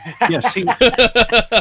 Yes